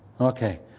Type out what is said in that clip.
Okay